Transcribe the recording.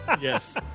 Yes